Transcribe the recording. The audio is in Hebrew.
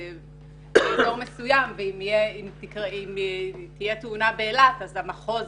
באזור מסוים ואם תהיה תאונה באילת אז המחוז